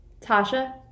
Tasha